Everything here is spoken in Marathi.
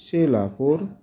शेलापूर